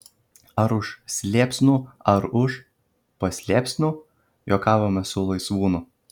ar už slėpsnų ar už paslėpsnių juokavome su laisvūnu